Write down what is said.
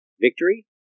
victory